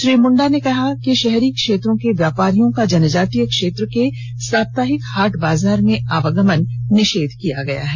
श्री मुंडा ने कहा कि शहरी क्षेत्रों के व्यापारियों का जनजातीय क्षेत्र के साप्ताहिक हाट बाजार में आवागमन निषेध किया गया है